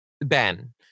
Ben